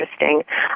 interesting